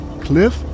Cliff